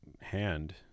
hand